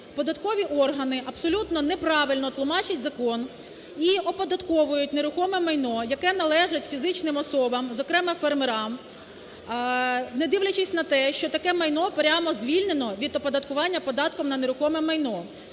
податкові органи абсолютно неправильно тлумачать закон. І оподатковують нерухоме майно, яке належить фізичним особам, зокрема, фермерам, не дивлячись на те, що таке майно прямо звільнено від оподаткування податком на нерухоме майно.